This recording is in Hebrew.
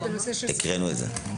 הקראנו את זה.